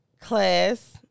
Class